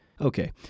Okay